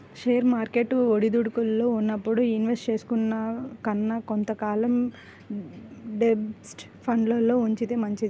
share market ఒడిదుడుకుల్లో ఉన్నప్పుడు invest చేసే కన్నా కొంత కాలం డెబ్ట్ ఫండ్లల్లో ఉంచితే మంచిది